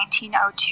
1902